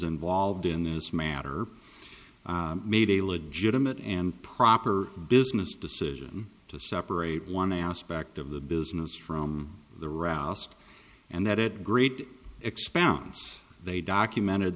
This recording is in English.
involved in this matter made a legitimate and proper business decision to separate one aspect of the business from the roust and that it great expounds they documented